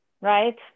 right